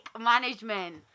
management